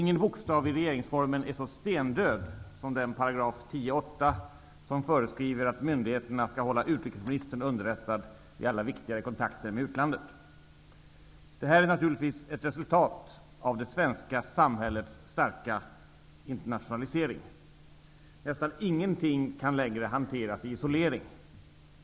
Ingenting i regeringsformen är så stendött som den paragraf, 10:8, som föreskriver att myndigheterna skall hålla utrikesministern underrättad vid alla viktigare kontakter med utlandet. Det här är naturligtvis ett resultat av det svenska samhällets starka internationalisering. Nästan ingenting kan längre hanteras i isolering.